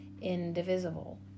indivisible